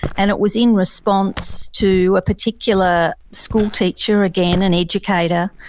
and it was in response to a particular school teacher, again an educator.